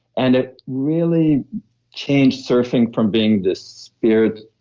and it really changed surfing from being this spirit,